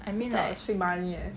is free money leh